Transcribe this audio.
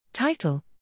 Title